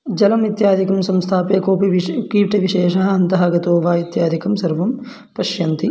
जलम् इत्यादिकं संस्थाप्य कोपि विश् कीटविशेषः अन्तः गतो वा इत्यादिकं सर्वं पश्यन्ति